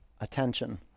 attention